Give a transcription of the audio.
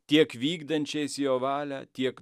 tiek vykdančiais jo valią tiek